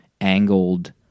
angled